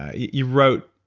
ah you wrote,